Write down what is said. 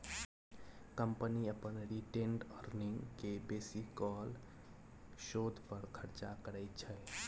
company अपन retained earning केँ बेसीकाल शोध पर खरचा करय छै